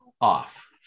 off